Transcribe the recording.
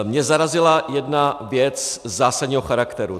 Mě zarazila jedna věc zásadního charakteru.